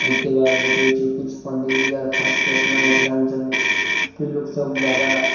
एहिके बाद बतबै छी किछु पंडी जी आर खासके अपना मिथिलाञ्चलमे कि लोक सब जादा